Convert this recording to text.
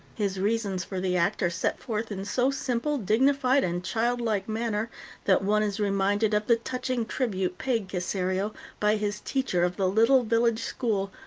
his reasons for the act are set forth in so simple, dignified, and childlike manner that one is reminded of the touching tribute paid caserio by his teacher of the little village school,